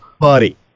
buddy